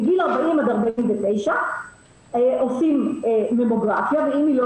מגיל 40-49 עושים ממוגרפיה ואם היא לא